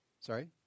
Sorry